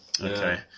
Okay